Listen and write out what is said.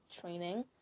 training